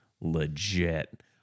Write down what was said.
legit